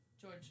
George